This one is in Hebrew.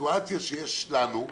בסיטואציה שיש לנו,